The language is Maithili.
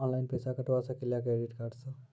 ऑनलाइन पैसा कटवा सकेली का क्रेडिट कार्ड सा?